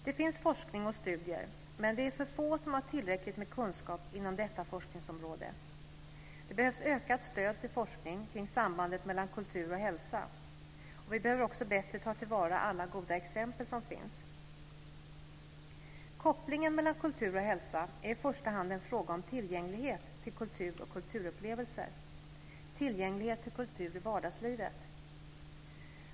Det finns forskning och studier, men det är för få som har tillräckligt med kunskap inom detta forskningsområde. Det behövs ökat stöd till forskning kring sambandet mellan kultur och hälsa, och vi behöver också bättre ta till vara alla goda exempel som finns. Kopplingen mellan kultur och hälsa är i första hand en fråga om tillgänglighet till kultur och kulturupplevelser och tillgänglighet till kultur i vardagslivet.